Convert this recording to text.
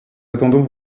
attendons